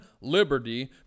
liberty